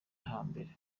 hambere